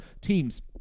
teams